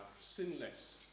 sinless